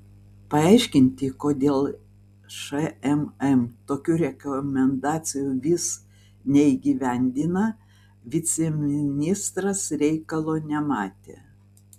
paaiškinti kodėl šmm tokių rekomendacijų vis neįgyvendina viceministras reikalo nematė